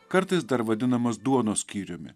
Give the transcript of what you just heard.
kartais dar vadinamas duonos skyriumi